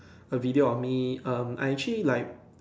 a video of me I actually like